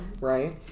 right